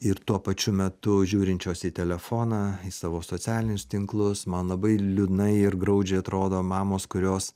ir tuo pačiu metu žiūrinčios į telefoną į savo socialinius tinklus man labai liūdnai ir graudžiai atrodo mamos kurios